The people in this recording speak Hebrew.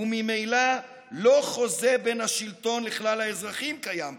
וממילא לא חוזה בין השלטון לכלל האזרחים קיים פה,